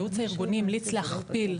הייעוץ הארגוני המליץ להכפיל.